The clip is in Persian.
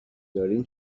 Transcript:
دارین